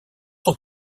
sont